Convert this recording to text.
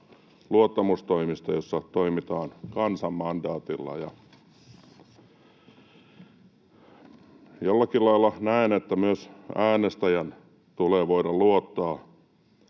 luottamustoimista, jossa toimitaan kansan mandaatilla. Jollakin lailla näen, että myös äänestäjän tulee voida luottaa